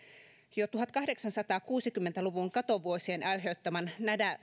jo tuhatkahdeksansataakuusikymmentä luvun katovuosien aiheuttaman